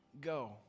go